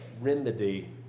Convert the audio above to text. remedy